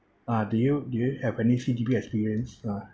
uh do you do you have any C_D_P experience uh